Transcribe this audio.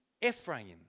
Ephraim